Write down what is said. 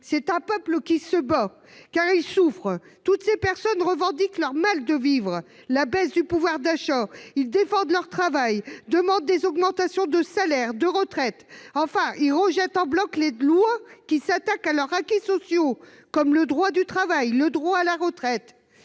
C'est un peuple qui se bat, car il souffre. Toutes ces personnes expriment leur mal de vivre, refusent la baisse du pouvoir d'achat. Ils défendent leur travail, demandent des augmentations de salaire, une meilleure retraite. Ils rejettent en bloc les lois qui s'attaquent à leurs acquis sociaux, comme le droit du travail ou le droit à la retraite.